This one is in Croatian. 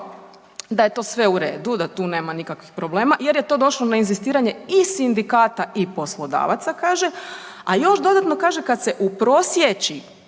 da je to sve u redu, da tu nema nikakvih problema jer je to došlo na inzistiranje iz sindikata i poslodavaca kaže, a još dodatno kaže kad se uprosiječi